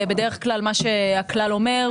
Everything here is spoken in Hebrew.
בדרך כלל מה שהכלל אומר,